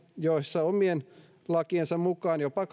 joissa omien lakiensa mukaan jopa